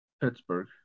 Pittsburgh